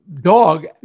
dog